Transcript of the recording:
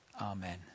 Amen